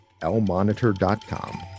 lmonitor.com